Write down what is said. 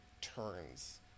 turns